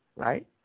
Right